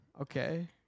Okay